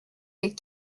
les